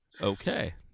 Okay